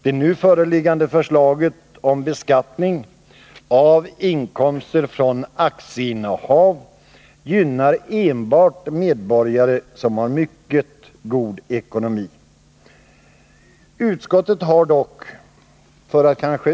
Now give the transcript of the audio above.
Det nu föreliggande förslaget om beskattning av inkomster från aktieinnehav gynnar enbart medborgare som har mycket god ekonomi.